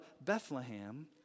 Bethlehem